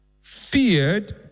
feared